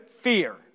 fear